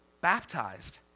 baptized